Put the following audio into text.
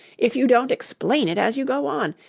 if you don't explain it as you go on?